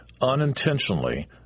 unintentionally